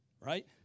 Right